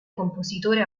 compositore